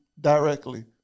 directly